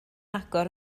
agor